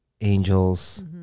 angels